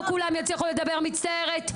לא כולם הצליחו לדבר מצטערת,